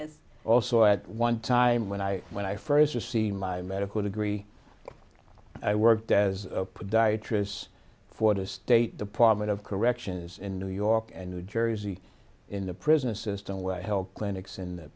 back also at one time when i when i first received my medical degree i worked as a podiatrist for the state department of corrections in new york and new jersey in the prison system where health clinics in the